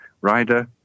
rider